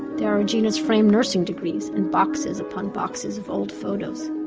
there are regina's framed nursing degrees, and boxes upon boxes of old photos.